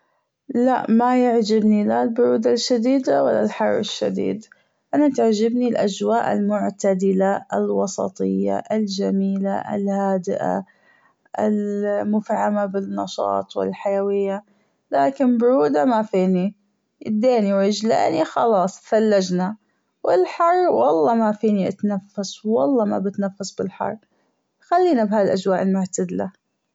لأ مايعجبني لا البرودة الشديدة ولا الحر الشديد أنا تعجبني الأجواء المعتدلة الوسطية الجميلة الهادئة المفعمة بالنشاط والحيوية لكن برودة مافيني ايديني ورجليني خلاص ثلجنا والحر والله مافيني أتنفس والله مابتنفس في الحر خلينا بهالأجواء المعتدلة.